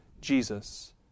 Jesus